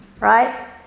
right